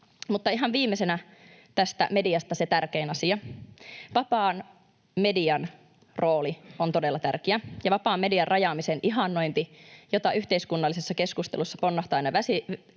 tehdä. Ihan viimeisenä tästä mediasta se tärkein asia: Vapaan median rooli on todella tärkeä, ja vapaan median rajaamisen ihannointi, joka yhteiskunnallisessa keskustelussa ponnahtaa aina välillä